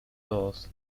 todos